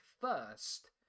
first